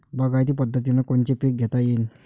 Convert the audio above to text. बागायती पद्धतीनं कोनचे पीक घेता येईन?